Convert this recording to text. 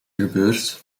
gebeurt